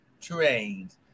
trained